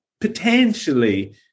potentially